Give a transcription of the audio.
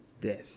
Death